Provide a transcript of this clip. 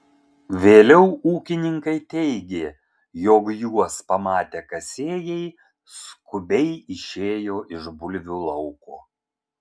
vėliau ūkininkai teigė jog juos pamatę kasėjai skubiai išėjo iš bulvių lauko